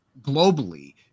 globally